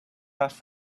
off